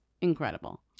Incredible